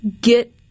get